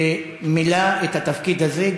שמילא את התפקיד הזה,